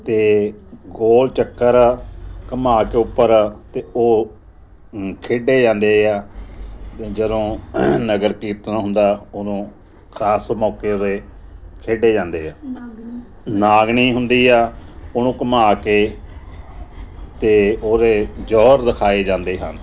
ਅਤੇ ਗੋਲ ਚੱਕਰ ਘੁੰਮਾ ਕੇ ਉੱਪਰ ਅਤੇ ਉਹ ਖੇਡੇ ਜਾਂਦੇ ਆ ਜਦੋਂ ਨਗਰ ਕੀਰਤਨ ਹੁੰਦਾ ਉਦੋਂ ਖਾਸ ਮੌਕੇ 'ਤੇ ਖੇਡੇ ਜਾਂਦੇ ਆ ਨਾਗਣੀ ਹੁੰਦੀ ਆ ਉਹਨੂੰ ਘੁੰਮਾ ਕੇ ਅਤੇ ਉਹਦੇ ਜੋਹਰ ਦਿਖਾਏ ਜਾਂਦੇ ਹਨ